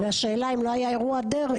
כן והשאלה אם לא היה אירוע דרעי,